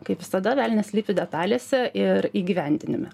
kaip visada velnias slypi detalėse ir įgyvendinime